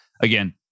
Again